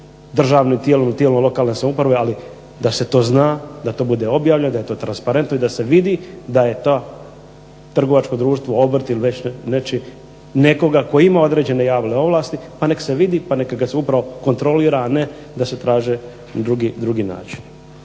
državnim tijelom i tijelom lokalne samouprave. Ali da se to zna, da je to bude objavljeno, da je to transparentno i da se vidi da je to trgovačko društvo, obrt ili već nekoga tko ima određene javne ovlasti pa nek' se vidi, pa neka ga se upravo kontrolira, a ne da se traže drugi načini.